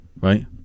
Right